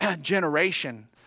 generation